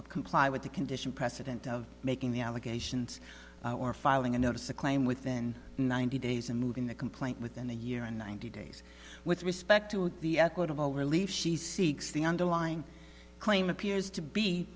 to comply with the condition precedent of making the allegations or filing a notice of claim within ninety days and moving the complaint within a year and ninety days with respect to the equitable relief she seeks the underlying claim appears to be